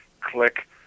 click